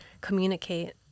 communicate